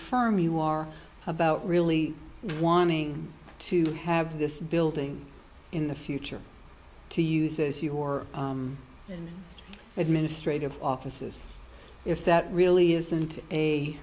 farm you are about really wanting to have this building in the future to use as your administrative offices if that really isn't